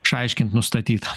išaiškint nustatyt